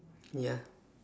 ya